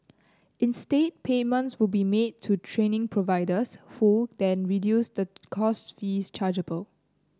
instead payments will be made to training providers who then reduce the course fees chargeable